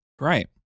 Right